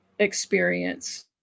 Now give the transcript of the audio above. experience